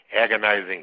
agonizing